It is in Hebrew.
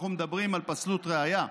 אנחנו מדברים על פסלות ראיה.